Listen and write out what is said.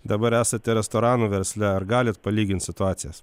dabar esate restoranų versle ar galit palygint situacijas